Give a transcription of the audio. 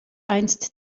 einst